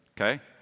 Okay